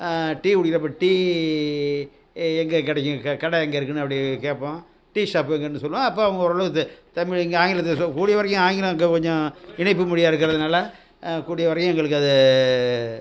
tea குடிக்கிறப்ப tea எங்கே கிடைக்கும் க கடை எங்கே இருக்குதுன்னு அப்படி கேட்போம் டீ ஷாப்பு எங்கேன்னு சொல்லுவோம் அப்போ அவங்க ஓரளவுக்கு தமிழ் எங்கே ஆங்கிலத்தில் சொ கூடிய வரைக்கும் ஆங்கிலம் அங்கே கொஞ்சம் இணைப்பு மொழியாக இருக்கிறதுனால கூடிய வரையும் எங்களுக்கு அது